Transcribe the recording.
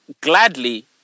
gladly